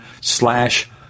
slash